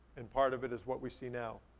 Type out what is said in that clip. and part of it is what we see now.